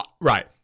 right